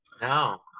No